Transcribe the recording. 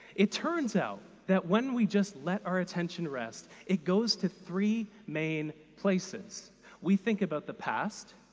it turns out that when we just let our attention rest, it goes to three main places we think about the past,